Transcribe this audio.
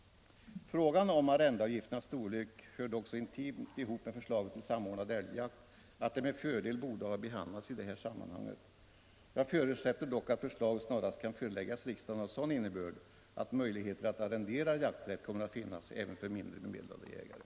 Frågan om arrendeavgifternas storlek hör dock så intimt ihop med förslaget till samordnad älgjakt att det med fördel kunde ha behandlats i detta sammanhang. Jag förutsätter emellertid att förslag snarast kan föreläggas riksdagen av sådan innebörd att möjligheter att arrendera jakträtt kommer att finnas även för mindre bemedlade jägare.